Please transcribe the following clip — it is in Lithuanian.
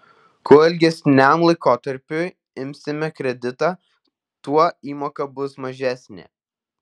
kuo ilgesniam laikotarpiui imsime kreditą tuo įmoka bus mažesnė